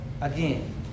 again